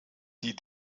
die